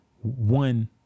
one